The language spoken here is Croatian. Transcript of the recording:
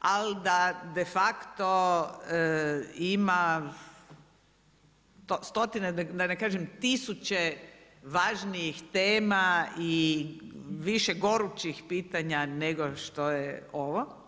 ali da de facto ima stotine, da ne kažem tisuće važnijih tema i više gorućih pitanja nego što je ovo.